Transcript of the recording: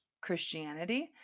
Christianity